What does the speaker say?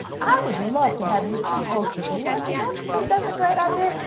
i would love to have you co-host with me. nancy, don't you think that's a great idea?